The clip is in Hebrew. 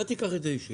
אל תיקח את זה אישי.